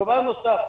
דבר נוסף,